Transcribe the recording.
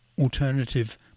alternative